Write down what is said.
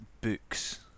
books